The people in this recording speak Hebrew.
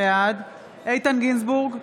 בעד איתן גינזבורג,